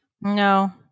No